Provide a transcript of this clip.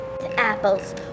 apples